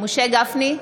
משה גפני,